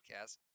podcast